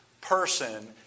person